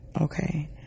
Okay